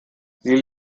sie